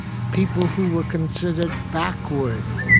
people who were considered backward,